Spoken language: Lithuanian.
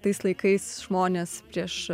tais laikais žmonės prieš